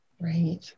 Right